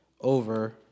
Over